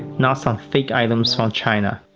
not some faked items from china.